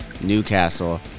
Newcastle